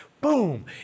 boom